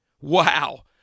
Wow